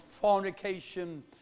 fornication